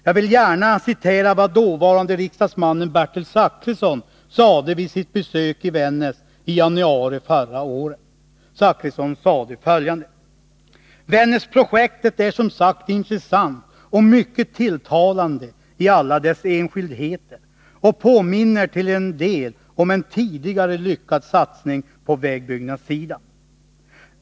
Jag vill gärna citera vad dåvarande riksdagman Bertil Zachrisson sade vid sitt besök i Vännäs i januari i förra året: ”Vännäsprojektet är som sagt intressant och mycket tilltalande i alla dess enskildheter och påminner till en del om en tidigare lyckad satsning på vägbyggnadssidan.